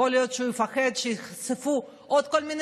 יכול להיות שהוא פוחד שייחשפו עוד כל מיני